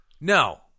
No